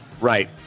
Right